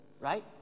right